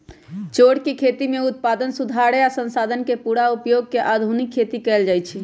चौर के खेती में उत्पादन सुधारे आ संसाधन के पुरा उपयोग क के आधुनिक खेती कएल जाए छै